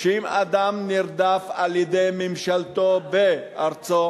שאם אדם נרדף על-ידי ממשלתו בארצו,